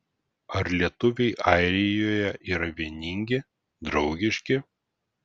ar lietuviai airijoje yra vieningi draugiški